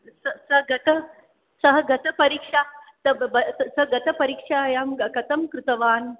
स स गत सः गतपरीक्षा स गत परीक्षायां क कथं कृतवान्